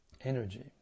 energy